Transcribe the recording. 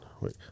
Wait